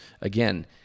again